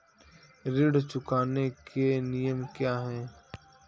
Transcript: ऋण चुकाने के नियम क्या हैं?